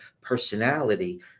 personality